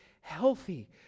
healthy